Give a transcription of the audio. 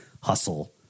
hustle